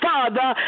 Father